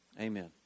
Amen